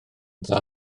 dda